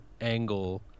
angle